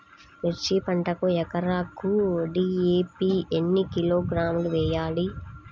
మిర్చి పంటకు ఎకరాకు డీ.ఏ.పీ ఎన్ని కిలోగ్రాములు వేయాలి?